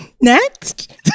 Next